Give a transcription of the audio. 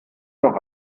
noch